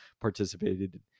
participated